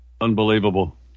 unbelievable